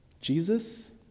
Jesus